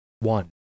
One